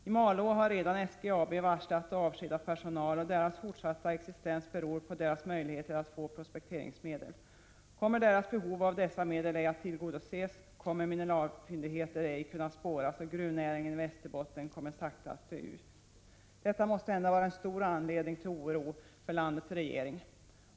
I Malå har SGAB redan varslat och avskedat personal, och företagets fortsatta existens beror på dess möjligheter att få prospekteringsmedel. Om inte behovet av dessa medel tillgodoses, kommer mineralfyndigheter ej att kunna spåras, och gruvnäringen i Västerbotten kommer att sakta dö ut. Detta måste ändå vara en stor anledning till oro för landets regering.